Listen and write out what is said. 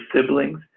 siblings